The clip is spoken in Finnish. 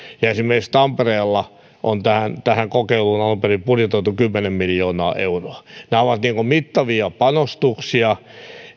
ja esimerkiksi tampereella on tähän tähän kokeiluun alun perin budjetoitu kymmenen miljoonaa euroa nämä ovat mittavia panostuksia